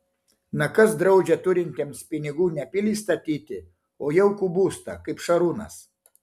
na kas draudžia turintiems pinigų ne pilį statyti o jaukų būstą kaip šarūnas